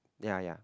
ya ya